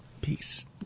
peace